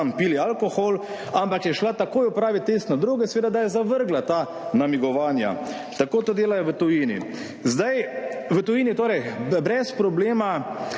pili alkohol, ampak je šla takoj opravit test na droge, seveda da je zavrgla ta namigovanja. Tako to delajo v tujini. V tujini se torej brez problema